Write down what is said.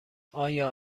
آیا